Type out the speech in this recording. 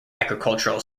agricultural